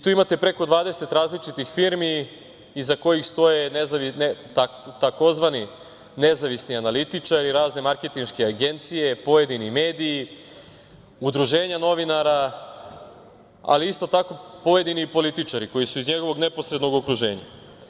Tu imate preko dvadeset različitih firmi iza kojih stoje tzv. nezavisni analitičari, razne marketinške agencije, pojedini mediji, udruženja novinara, ali isto tako i pojedini političari, koji su iz njegovog neposrednog okruženja.